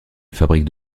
fabriques